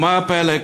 ומה הפלא?